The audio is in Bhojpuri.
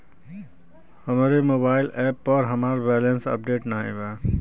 हमरे मोबाइल एप पर हमार बैलैंस अपडेट नाई बा